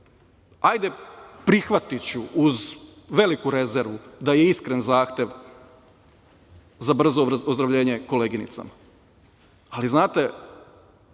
prihvatiću uz veliku rezervu da je iskren zahtev za brzo ozdravljenje koleginicama, ali znate